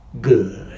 good